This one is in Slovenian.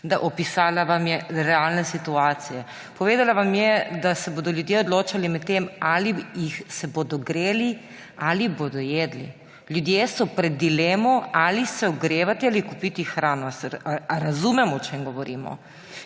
je opisala realne situacije, povedala vam je, da se bodo ljudje odločali med tem, ali se bodo greli ali bodo jedli. Ljudje so pred dilemo, ali se ogrevati ali kupiti hrano. A razumemo, o čem govorimo?